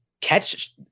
catch